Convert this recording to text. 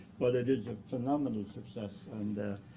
but it is a phenomenal success and a